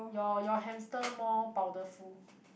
your your hamster more powderful